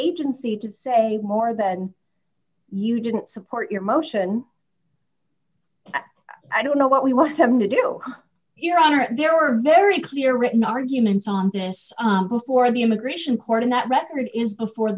agency to say more than you didn't support your motion i don't know what we want them to do your honor there are very clear written arguments on this before the immigration court and that record is the for